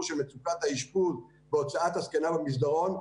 של מצוקת האשפוז בהוצאת הזקנה מהמסדרון,